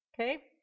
okay